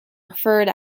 referred